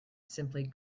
simply